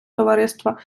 товариства